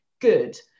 good